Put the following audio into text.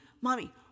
mommy